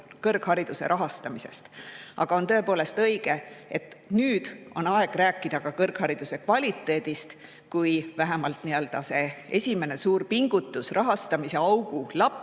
kõrghariduse rahastamisest. Aga on tõepoolest õige, et nüüd on aeg rääkida ka kõrghariduse kvaliteedist, kui vähemalt see esimene suur pingutus rahastamisaugu